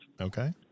okay